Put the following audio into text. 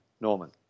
Norman